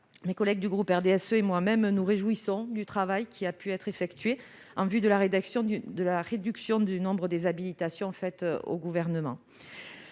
mes collègues du groupe RDSE et moi-même nous réjouissons du travail effectué en vue de la réduction du nombre des habilitations accordées au Gouvernement.